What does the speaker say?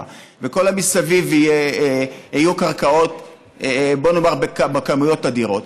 ומסביב יהיו קרקעות בכמויות אדירות.